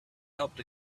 helped